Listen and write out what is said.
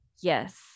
yes